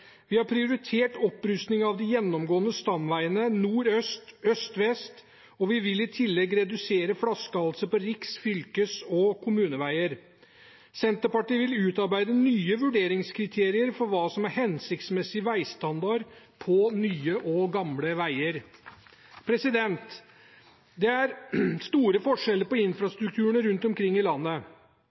Vi har prioritert opprustning av de gjennomgående stamveiene nord–sør og øst–vest, og vi vil i tillegg redusere flaskehalser på riks-, fylkes- og kommuneveier. Senterpartiet vil utarbeide nye vurderingskriterier for hva som er hensiktsmessig veistandard på nye og gamle veier. Det er store forskjeller på infrastrukturen rundt omkring i landet.